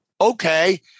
okay